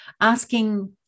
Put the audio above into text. asking